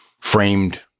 framed